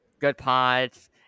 Goodpods